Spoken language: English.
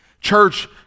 Church